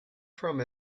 from